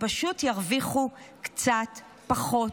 הם פשוט ירוויחו קצת פחות,